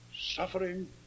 Suffering